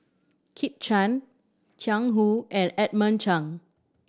Kit Chan Jiang Hu and Edmund Cheng